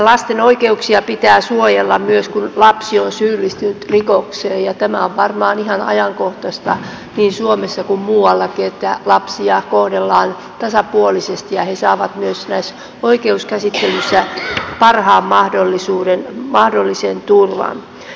lasten oikeuksia pitää suojella myös kun lapsi on syyllistynyt rikokseen ja tämä on varmaan ihan ajankohtaista niin suomessa kuin muuallakin että lapsia kohdellaan tasapuolisesti ja he saavat myös oikeuskäsittelyissä parhaan mahdollisen turvan